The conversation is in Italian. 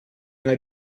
una